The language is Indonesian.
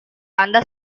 anda